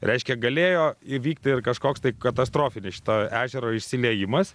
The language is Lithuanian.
reiškia galėjo įvykti ir kažkoks tai katastrofinis šito ežero išsiliejimas